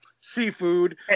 seafood